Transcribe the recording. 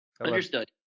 Understood